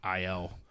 IL